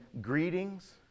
Greetings